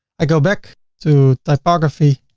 i go back to typography,